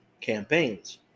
campaigns